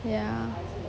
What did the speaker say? ya